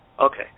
Okay